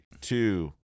two